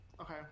okay